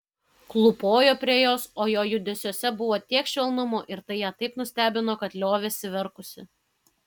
klūpojo prie jos o jo judesiuose buvo tiek švelnumo ir tai ją taip nustebino kad liovėsi verkusi